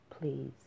please